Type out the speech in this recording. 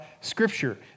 Scripture